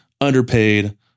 underpaid